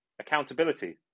Accountability